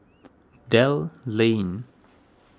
Dell Lane